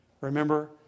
Remember